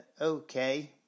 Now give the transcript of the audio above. Okay